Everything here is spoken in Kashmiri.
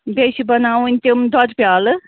بیٚیہِ چھِ بَناوٕنۍ تِم دۄدٕ پیٛالہٕ